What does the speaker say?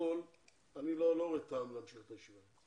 אני לא רואה טעם להמשיך את הישיבה.